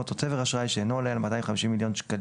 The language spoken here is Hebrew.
או צבר אשראי שאינו עולה על מאתיים וחמישים מיליון שקלים